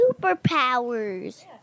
superpowers